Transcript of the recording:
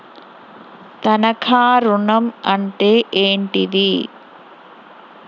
తనఖా ఋణం అంటే ఏంటిది?